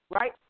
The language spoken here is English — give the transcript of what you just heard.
right